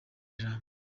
jambo